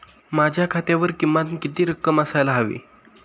माझ्या खात्यावर किमान किती रक्कम असायला हवी?